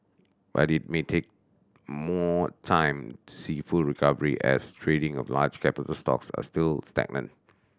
but it may take more time to see full recovery as trading of large capital stocks are still stagnant